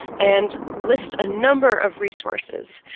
and list a number of resources.